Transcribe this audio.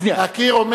להכיר,